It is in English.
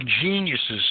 geniuses